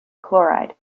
chloride